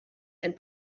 and